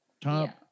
Top